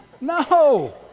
No